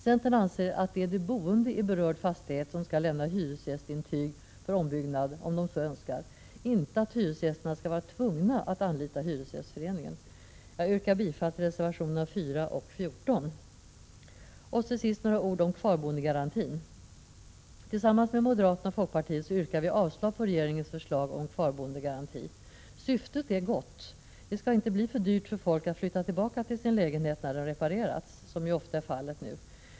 Centern anser att det är de boende i berörd fastighet som skall lämna hyresgästintyg för ombyggnad om de så önskar, inte att hyresgästerna skall vara tvungna att anlita hyresgästföreningen. Jag yrkar bifall till reservationerna 4 och 14. Till sist några ord om kvarboendegaranti. Tillsammans med moderaterna och folkpartiet yrkar vi avslag på regeringens förslag om kvarboendegaranti. Syftet är gott. Det skall inte, som ofta är fallet, bli för dyrt för folk att flytta tillbaka till sin lägenhet när den reparerats.